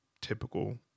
typical